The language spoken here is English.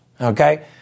Okay